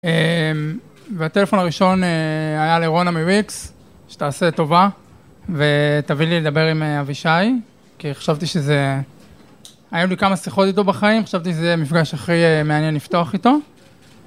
אמ... והטלפון הראשון היה לרונה מוויקס, שתעשה טובה, ותביא לי לדבר עם אבישי, כי חשבתי שזה... היו לי כמה שיחות איתו בחיים, חשבתי שזה מפגש הכי מעניין לפתוח איתו.